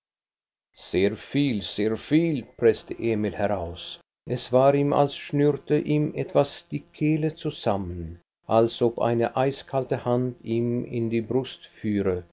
sehr viel sehr viel preßte emil heraus es war ihm als schnürte ihm etwas die kehle zusammen als ob eine eiskalte hand ihm in die brust führe